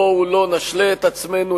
בואו לא נשלה את עצמנו,